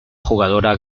jugadora